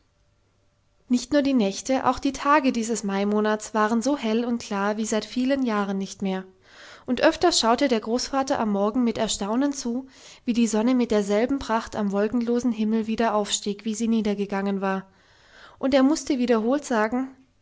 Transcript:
nicht nur die nächte auch die tage dieses maimonats waren so hell und klar wie seit vielen jahren nicht mehr und öfters schaute der großvater am morgen mit erstaunen zu wie die sonne mit derselben pracht am wolkenlosen himmel wieder aufstieg wie sie niedergegangen war und er mußte wiederholt sagen